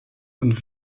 und